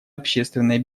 общественной